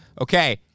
Okay